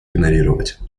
игнорировать